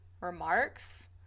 remarks